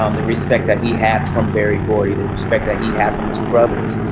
um the respect that he had from berry gordy, the respect that he had from his brothers,